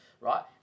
right